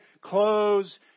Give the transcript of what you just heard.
clothes